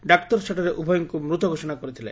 ଡାକ୍ତର ସେଠାରେ ଉଭୟଙ୍କୁ ମୃତ ଘୋଷଣା କରିଥିଲେ